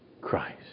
Christ